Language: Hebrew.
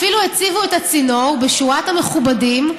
אפילו הציבו את הצינור בשורת המכובדים,